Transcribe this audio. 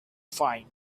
find